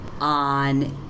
on